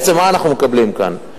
מה אנחנו מקבלים כאן?